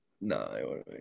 no